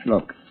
Look